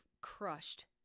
crushed